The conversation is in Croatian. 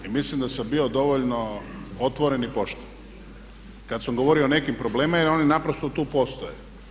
I mislim da sam bio dovoljno otvoren i pošten kada sam govorio o nekim problemima jer oni naprosto tu postoje.